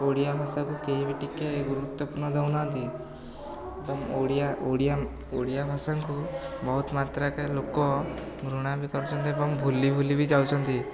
ଓଡ଼ିଆ ଭାଷାକୁ କେହି ବି ଟିକିଏ ଗୁରୁତ୍ୱପୂର୍ଣ୍ଣ ଦେଉନାହାନ୍ତି ଏବଂ ଓଡ଼ିଆ ଓଡ଼ିଆ ଓଡ଼ିଆ ଭାଷାଙ୍କୁ ବହୁତମାତ୍ରା କା ଲୋକ ଘୃଣା ବି କରୁଛନ୍ତି ଏବଂ ଭୁଲି ଭୁଲି ବି ଯାଉଛନ୍ତି